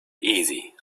easy